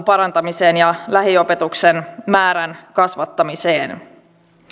parantamiseen ja lähiopetuksen määrän kasvattamiseen